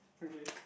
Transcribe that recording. okay